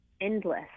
Endless